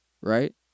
right